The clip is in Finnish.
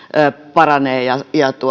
paranee ja